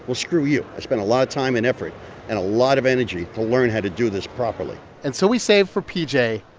well, screw you. i spent a lot of time and effort and a lot of energy to learn how to do this properly and so we save for p j.